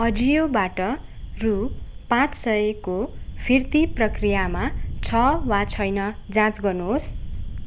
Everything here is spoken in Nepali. अजियोबाट रु पाँच सयको फिर्ती प्रक्रियामा छ वा छैन जाँच गर्नु होस्